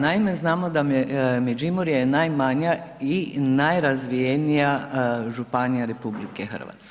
Naime, znamo da Međimurje je najmanja i najrazvijenija županija RH.